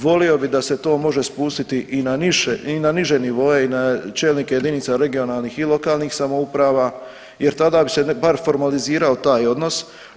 Volio bi da se to može spustiti i na niše i na niže nivoe i na čelnike jedinica regionalnih i lokalnih samouprava jer tada bi bar formalizirao taj odnos.